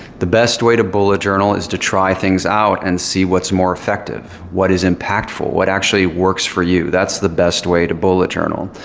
the best way to bullet journal is to try things out and see what's more effective. what is impactful, what actually works for you. that's the best way to bullet journal.